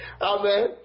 Amen